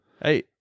Hey